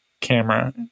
camera